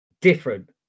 different